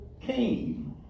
came